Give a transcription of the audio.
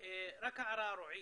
רק הערה, רועי,